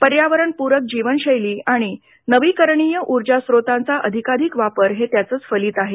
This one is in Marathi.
पर्यावरणपूरक जीवनशैली आणि नवीकरणीय ऊर्जा स्रोतांचा अधिकाधिक वापर हे त्याचंच फलित आहे